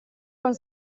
con